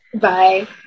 Bye